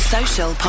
Social